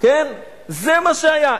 זה מה שהיה.